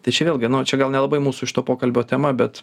tai čia vėlgi nu čia gal nelabai mūsų šito pokalbio tema bet